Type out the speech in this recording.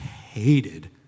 hated